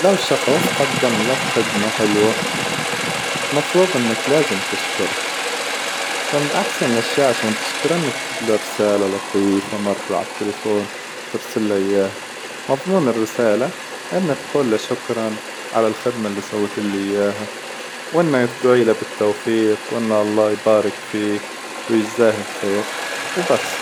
لو شخص قدم لك خدمة حلوة، مفروظ إنك لازم تشكره فمن احسن الشي عشان تشكر إنك تكتب له رسالة لطيفة مرة على التلفون وترسل له إياها، مظمون الرسالة إن تقول له شكرا على الخدمة إللي سويتللي إياها، وإن بتدعي له بالتوفيق وإن الله يبارك فيه ويجزاه الخير وبس.